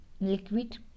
liquid